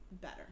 better